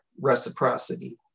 reciprocity